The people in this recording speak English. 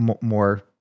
more